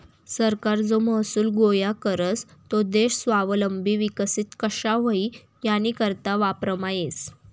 सरकार जो महसूल गोया करस तो देश स्वावलंबी विकसित कशा व्हई यानीकरता वापरमा येस